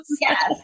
Yes